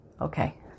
okay